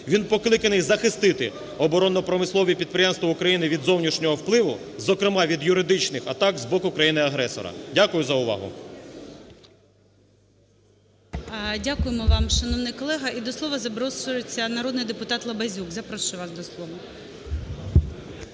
Він покликаний захистити оборонно-промислові підприємства України від зовнішнього впливу, зокрема від юридичних атак з боку країни-агресора. Дякую за увагу. ГОЛОВУЮЧИЙ. Дякуємо вам, шановний колега. І до слова запрошується народний депутат Лабазюк. Запрошую вас до слова.